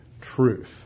truth